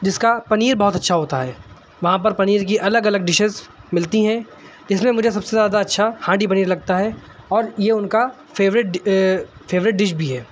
جس کا پنیر بہت اچھا ہوتا ہے وہاں پر پنیر کی الگ الگ ڈشیز ملتی ہیں اس میں مجھے سب سے زیادہ اچھا ہانڈی پنیر لگتا ہے اور یہ ان کا فیوریٹ ڈش بھی ہے